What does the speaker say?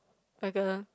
like a